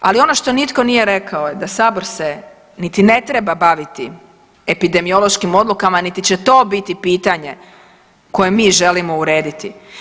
Ali ono što nitko nije rekao da Sabor se niti ne treba baviti epidemiološkim odlukama niti će to biti pitanje koje mi želimo urediti.